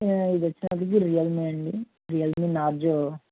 ఇది వచ్చినప్పటికి రియల్మి అండి రియల్మి నార్జో